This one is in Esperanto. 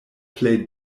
plej